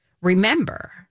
Remember